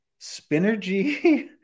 Spinergy